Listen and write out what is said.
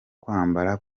kwambara